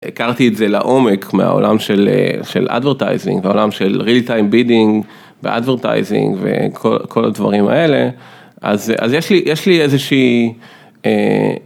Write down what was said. הכרתי את זה לעומק מהעולם של של advertising והעולם של real time bidding וadvertising וכל וכל הדברים האלה אז יש לי יש לי איזה שהיא.